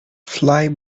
fly